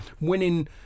Winning